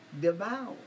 devour